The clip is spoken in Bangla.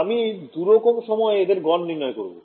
আমি দুরকম সময়ে এদের গড় নির্ণয় করবো